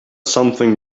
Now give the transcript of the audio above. something